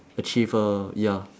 achieve a ya